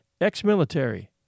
ex-military